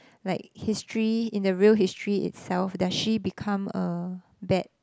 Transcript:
like history in the real history itself does she become a bad